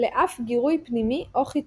לאף גירוי פנימי או חיצוני.